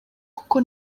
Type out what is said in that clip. kuko